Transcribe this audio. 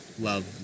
love